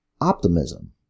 optimism